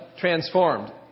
transformed